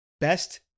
Best